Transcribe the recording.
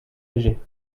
léger